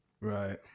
Right